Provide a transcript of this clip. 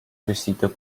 vestita